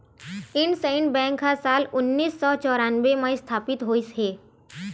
IndusInd bank ह साल उन्नीस सौ चैरानबे म इस्थापित होइस हे